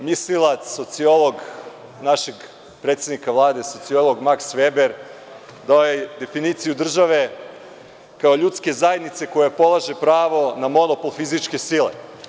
Omiljeni mislilac, sociolog našeg predsednika Vlade, sociolog Maks Veber, dao je definiciju države kao ljudske zajednice koja polaže pravo na monopol fizičke sile.